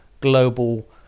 global